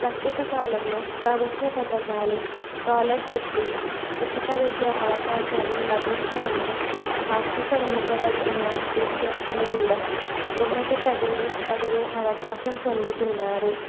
ప్రస్తుత కాలంలో ప్రభుత్వ పథకాలు స్కాలర్షిప్లు ఉచిత విద్య అవకాశాలు లభించడంతో ఆర్థిక వెనుకబడి ఉన్న విద్యార్థులు కూడా ఉన్నత చదువులు చదివే అవకాశం పొందుతున్నారు